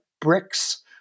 bricks